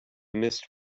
missed